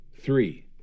Three